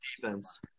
defense